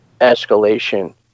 escalation